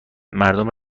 مردم